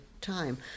time